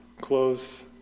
close